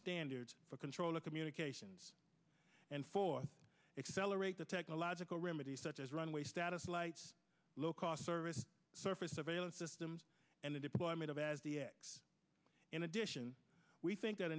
standards for control of communications and for accelerate the technological remedy such as runway status lights low cost service surface surveillance systems and the deployment of as dx in addition we think that